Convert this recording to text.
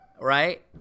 right